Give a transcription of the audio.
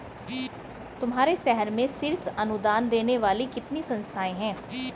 तुम्हारे शहर में शीर्ष अनुदान देने वाली कितनी संस्थाएं हैं?